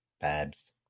Babs